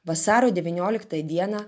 vasario devynioliktąją dieną